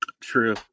True